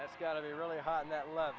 that's got to be really hot and that love